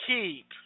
keep